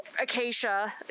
Acacia